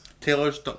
Taylor's